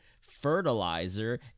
fertilizer